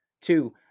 Two